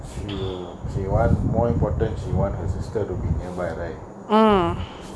shew~ she want more important she want her sister to be nearby aray